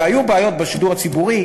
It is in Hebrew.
והיו בעיות בשידור הציבורי,